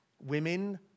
women